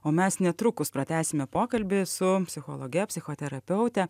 o mes netrukus pratęsime pokalbį su psichologe psichoterapeute